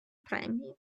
премії